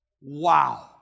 Wow